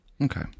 Okay